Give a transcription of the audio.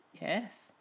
Yes